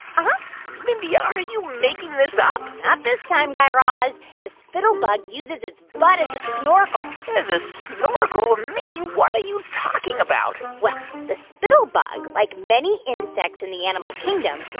uh-huh mindy, are you making this up? not this time, guy raz. the spittlebug uses its butt as a snorkel as a snorkel? and mindy, what are you talking about? well, the spittlebug, like many insects in the animal kingdom,